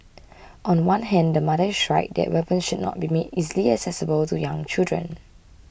on one hand the mother is right that weapons should not be made easily accessible to young children